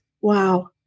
Wow